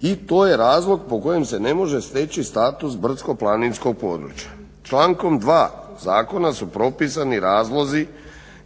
I to je razlog po kojem se ne može steći status brdsko-planinskog područja. Člankom 2. zakona su propisani razlozi